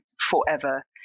forever